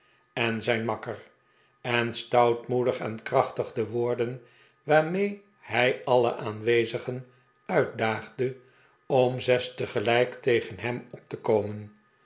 en zijn makker en stoutmoedig en krachtig de woorden waarmee hij alle aanwezigen uitdaagde om zes tegelijk tegen hem op te komen